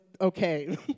okay